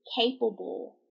capable